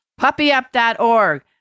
PuppyUp.org